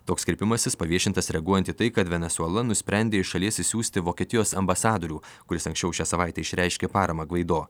toks kreipimasis paviešintas reaguojant į tai kad venesuela nusprendė iš šalies išsiųsti vokietijos ambasadorių kuris anksčiau šią savaitę išreiškė paramą gvaido